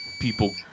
people